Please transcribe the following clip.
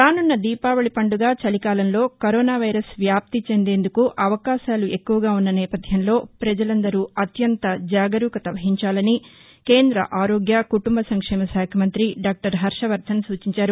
రానున్న దీపావళి పండుగ చలికాలం లో కరోనా వైరస్ వ్యాప్తి చెందేందుకు అవకాశాలు ఎక్కువగా ఉ న్న నేపథ్యంలో ప్రజలందరూ అత్యంత జాగరూకత వహించాలని కేంద ఆరోగ్య కుటుంబ సంక్షేమ శాఖ మంతి డాక్టర్ హర్వవర్గన్ సూచించారు